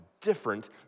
different